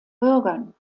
bürgern